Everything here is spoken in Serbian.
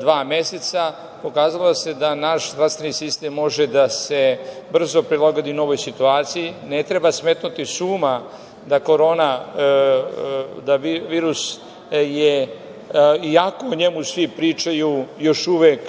dva meseca. Pokazalo se da naš zdravstveni sistem može da se brzo prilagodi novoj situaciji. Ne treba smetnuti s uma da je virus, iako o njemu svi pričaju, još uvek